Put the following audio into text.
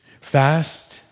Fast